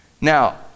Now